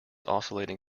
oscillating